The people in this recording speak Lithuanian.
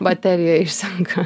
baterija išsenka